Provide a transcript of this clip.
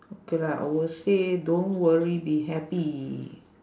okay lah I will say don't worry be happy